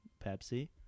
Pepsi